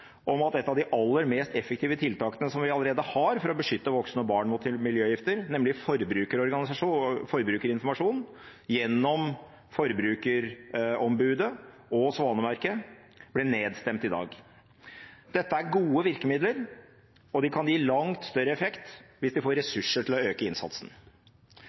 et av de aller mest effektive tiltakene som vi allerede har for å beskytte voksne og barn mot miljøgifter, nemlig forbrukerinformasjon gjennom Forbrukerombudet og Svanemerket – det blir nedstemt i dag. Dette er gode virkemidler, og de kan gi langt større effekt hvis de får ressurser til å øke innsatsen.